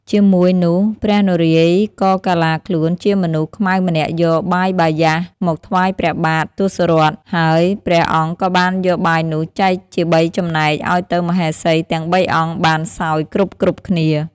ជាមួយ នោះព្រះនារាយណ៍ក៏កាឡាខ្លួនជាមនុស្សខ្មៅម្នាក់យក បាយបាយាស មកថ្វាយព្រះបាទ ទសរថ ហើយព្រះអង្គក៏បានយកបាយនោះចែកជាបីចំណែក ឱ្យទៅមហេសីទាំងបីអង្គបាន សោយ គ្រប់ៗគ្នា។